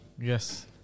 Yes